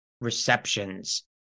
receptions